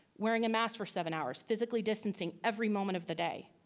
wearing a mask for seven hours, physically distancing every moment of the day,